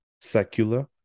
secular